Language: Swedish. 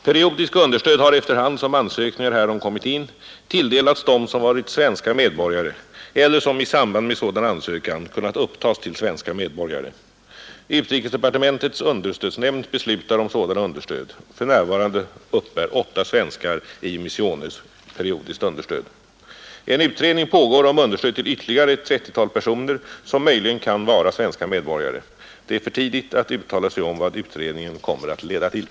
Periodiska understöd har efter hand som ansökningar härom kommit in tilldelats dem som varit svenska medborgare eller som i samband med sådan ansökan kunnat upptas till svenska medborgare. Utrikesdepartementets understödsnämnd beslutar om sådana understöd. För närvarande uppbär åtta svenskar i Misiones periodiskt understöd. En utredning pågår om understöd till ytterligare ett trettiotal personer som möjligen kan vara svenska medborgare. Det är för tidigt att uttala sig om vad utredningen kommer att leda till.